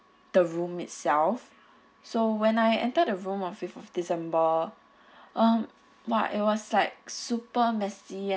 the room itself so when I entered the room on fifth of december um !wah! it was like super messy